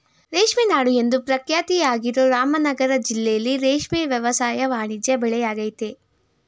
ರೇಷ್ಮೆ ನಾಡು ಎಂದು ಪ್ರಖ್ಯಾತಿಯಾಗಿರೋ ರಾಮನಗರ ಜಿಲ್ಲೆಲಿ ರೇಷ್ಮೆ ವ್ಯವಸಾಯ ವಾಣಿಜ್ಯ ಬೆಳೆಯಾಗಯ್ತೆ